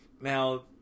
now